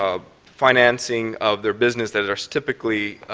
um financing of their businesses are typically